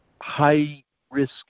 high-risk